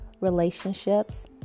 relationships